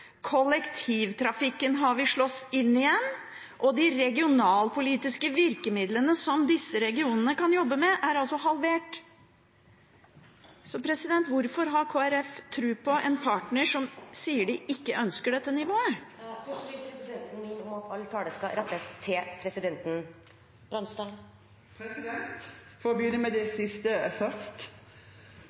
kollektivtrafikken har vi slåss inn igjen, og de regionalpolitiske virkemidlene som disse regionene kan jobbe med, er halvert. Hvorfor har Kristelig Folkeparti tro på en partner som sier de ikke ønsker dette nivået? Presidenten vil minne om at all tale skal rettes til presidenten. For å begynne med det siste: